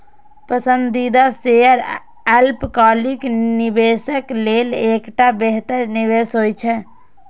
पसंदीदा शेयर अल्पकालिक निवेशक लेल एकटा बेहतर निवेश होइ छै